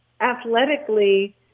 athletically –